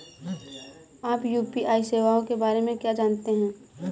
आप यू.पी.आई सेवाओं के बारे में क्या जानते हैं?